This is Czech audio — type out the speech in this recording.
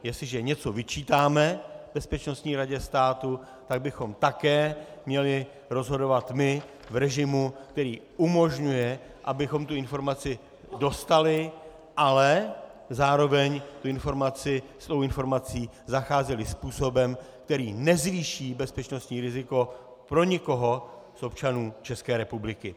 Jestliže něco vyčítáme Bezpečnostní radě státu, tak bychom také měli rozhodovat my v režimu, který umožňuje, abychom tu informaci dostali, ale zároveň s informací zacházeli způsobem, který nezvýší bezpečnostní riziko pro nikoho z občanů České republiky.